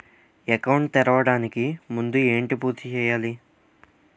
Account తెరవడానికి ముందు ఏంటి పూర్తి చేయాలి?